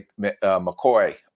McCoy